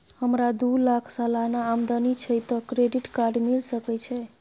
हमरा दू लाख सालाना आमदनी छै त क्रेडिट कार्ड मिल सके छै?